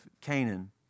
Canaan